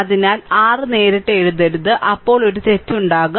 അതിനാൽ r നേരിട്ട് എഴുതരുത് അപ്പോൾ ഒരു തെറ്റ് ഉണ്ടാകും